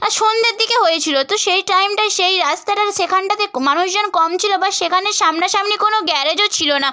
আর সন্ধ্যের দিকে হয়েছিল তো সেই টাইমটায় সেই রাস্তাটার সেখানটাতে ক্ মানুষজন কম ছিল বা সেখানে সামনাসামনি কোনো গ্যারেজও ছিল না